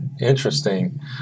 Interesting